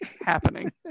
happening